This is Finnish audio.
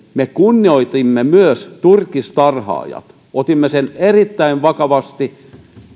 me kunnioitimme myös turkistarhaajia otimme sen erittäin vakavasti